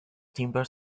timber